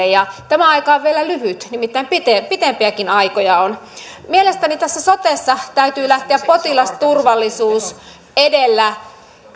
ja tämä aika on vielä lyhyt nimittäin pitempiäkin aikoja on mielestäni tässä sotessa täytyy lähteä potilasturvallisuus edellä